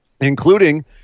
including